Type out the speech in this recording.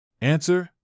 Answer